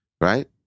right